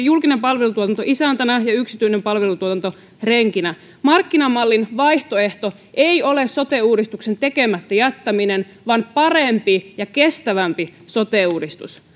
julkinen palvelutuotanto isäntänä ja yksityinen palvelutuotanto renkinä markkinamallin vaihtoehto ei ole sote uudistuksen tekemättä jättäminen vaan parempi ja kestävämpi sote uudistus